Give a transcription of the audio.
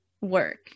work